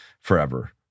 forever